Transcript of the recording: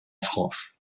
france